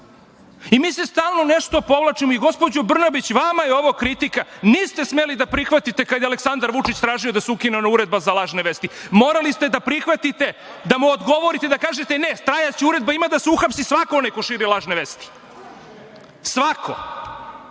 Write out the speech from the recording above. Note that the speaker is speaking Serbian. i mi se stalno nešto povlačimo. Gospođo Brnabić, vama je ovo kritika. Niste smeli da prihvatite kad je Aleksandar Vučić tražio da se ukine ona uredba za lažne vesti. Morali ste da prihvatite, da mu odgovorite, da kažete – ne, stajaće uredba, ima da se uhapsi svako onaj ko širi lažne vesti, svako,